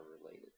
related